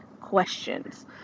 questions